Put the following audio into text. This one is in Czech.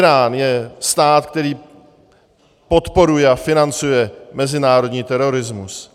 Írán je stát, který podporuje a financuje mezinárodní terorismus.